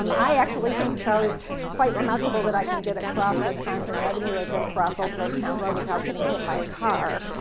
um i actually think it's always quite remarkable that i can get across wisconsin avenue or get across old georgetown road without getting hit by a car.